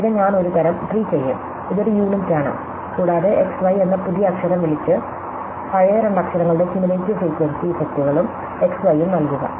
പിന്നെ ഞാൻ ഒരു തരം ട്രീ ചെയ്യും ഇതൊരു യൂണിറ്റാണ് കൂടാതെ x y എന്ന പുതിയ അക്ഷരം വിളിച്ച് പഴയ രണ്ട് അക്ഷരങ്ങളുടെ ക്യുമുലേറ്റീവ് ഫ്രീക്വൻസി ഇഫക്റ്റുകളും x y ഉം നൽകുക